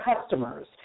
customers